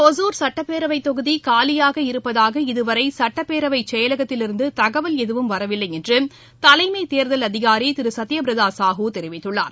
ஒசூர் சட்டப் பேரவைத் தொகுதி காலியாக இருப்பதாக இதுவரை சட்டப் பேரவை செயலகத்தில் இருந்து தகவல் எதுவும் வரவில்லை என்று தலைமைத் தேர்தல் அதிகாரி திரு சத்தியப் பிரத சாஹூ தெரிவித்துள்ளார்